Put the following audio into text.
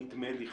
נדמה לי,